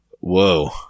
Whoa